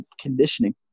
conditioning